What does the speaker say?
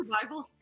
survival